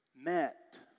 met